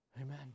Amen